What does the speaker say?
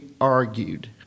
argued